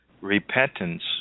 repentance